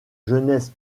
jeunesse